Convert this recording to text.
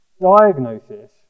diagnosis